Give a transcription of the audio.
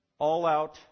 All-out